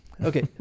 Okay